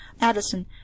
Addison